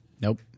Nope